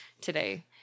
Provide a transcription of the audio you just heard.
today